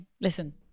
listen